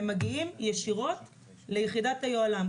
הם מגיעים ישירות ליחידת היוהל"ם,